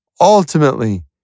ultimately